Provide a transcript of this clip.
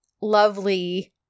lovely